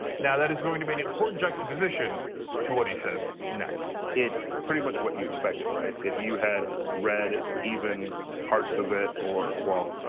now, that is going to be an important juxtaposition to what he says next. it's pretty much what you expected, right? if you had read even parts of it, or, well,